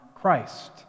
Christ